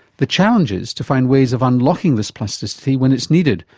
the challenge is to find ways of unlocking this plasticity when it's needed,